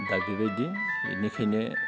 दा बेबायदि बेनिखायनो